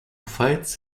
fights